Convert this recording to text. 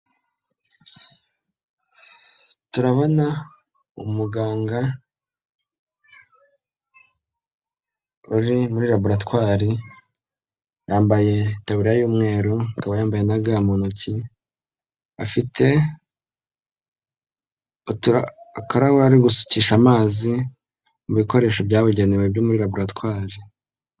Turabona umuganga, uri muri laboratwari, yambaye tabura y'umweru, akaba yambaye na ga mu ntoki, afite akarahure ari gusukisha amazi, mu bikoresho byabugenewe byo muri laboratwari.